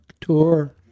tour